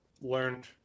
learned